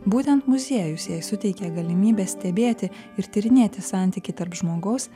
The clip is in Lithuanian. būtent muziejus jai suteikė galimybę stebėti ir tyrinėti santykį tarp žmogaus